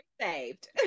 saved